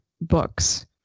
books